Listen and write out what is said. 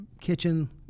kitchen